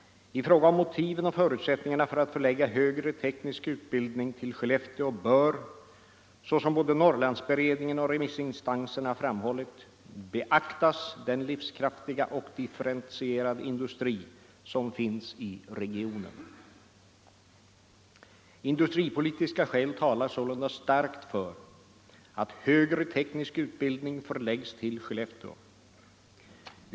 I fråga om motiven och förutsättningarna för att förlägga högre teknisk utbildning till Skellefteå bör, såsom både norrlandsberedningen och remissinstanserna framhållit, beaktas den livskraftiga och differentierade industri som finns i regionen. Industripolitiska skäl talar sålunda starkt för att högre teknisk utbildning förläggs till Skellefteå.